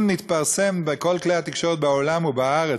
אם נתפרסם בכל כלי התקשורת בעולם ובארץ